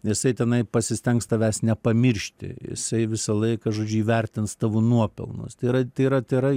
jisai tenai pasistengs tavęs nepamiršti jisai visą laiką žodžiu įvertins tavo nuopelnus tai yra tai yra tai yra